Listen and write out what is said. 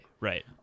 right